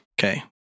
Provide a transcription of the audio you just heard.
Okay